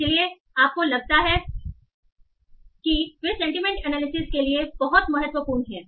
इसलिए आपको लगता है कि वे सेंटीमेंट एनालिसिस के लिए बहुत महत्वपूर्ण हैं